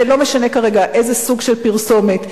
ולא משנה כרגע איזה סוג של פרסומת,